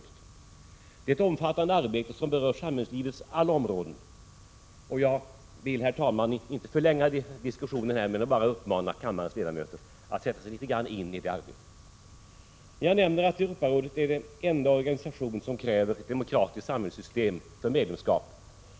Det här är alltså ett omfattande arbete som berör samhällslivets alla områden. Jag vill inte, herr talman, förlänga den här debatten. Därför uppmanar jag bara kammarens ledamöter att litet grand sätta sig in i detta arbete. Jag nämde att Europarådet är den enda organisation som kräver ett demokratiskt samhällssystem för medlemskap.